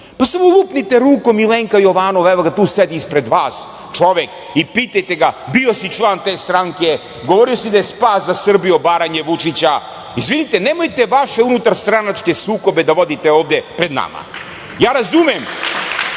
Pa samo lupnite rukom Milenka Jovanova , evo ga tu sedi ispred vas čovek i pitajte ga – bio si član te stranke, govorio si da je spas za Srbiju obaranje Vučića. Izvinite, nemojte vaše unutar stranačke sukobe da vodite ovde pred nama. Ja razumem